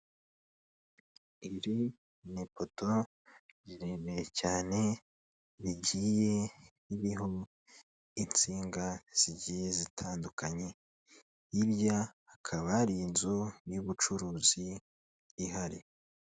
Iri ni ipoto riremerere cyane, rigiye riho insinga zigiye zitandukanye; hirya hakaba hari inzu y'ubucuruzi ihari.